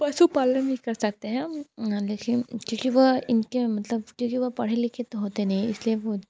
पशुपालन भी कर सकते हैं लेकिन क्योंकि वह इनके मतलब क्योंकि वह पढ़े लिखे तो होते नहीं है इसीलिए वो